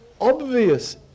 obvious